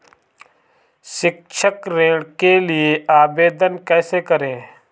शैक्षिक ऋण के लिए आवेदन कैसे करें?